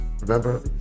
remember